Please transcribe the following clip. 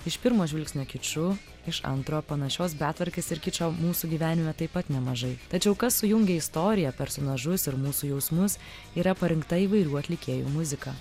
iš pirmo žvilgsnio kiču iš antro panašios betvarkės ir kičo mūsų gyvenime taip pat nemažai tačiau kas sujungia istoriją personažus ir mūsų jausmus yra parinkta įvairių atlikėjų muzika